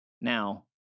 Now